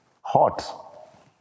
Hot